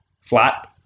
flat